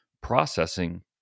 processing